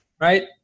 right